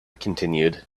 continued